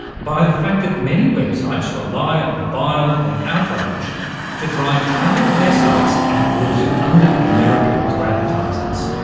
by the fact that many websites rely on the bile and the outrage to drive traffic to their sites in order to underpin their appeal to advertisers.